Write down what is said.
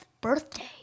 birthday